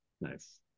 Nice